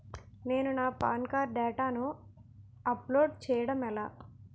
నేను నా PAN card డేటాను అప్లోడ్ చేయడం ఎలా?